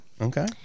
Okay